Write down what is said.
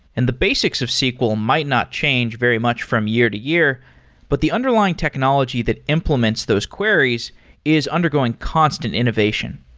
and the basics of sql might not change very much from year-to-year, but the underlying technology that implements those queries is undergoing constant innovation.